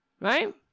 Right